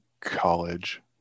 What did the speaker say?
college